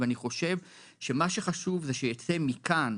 ואני חושב שמה שחשוב זה שתצא מכאן,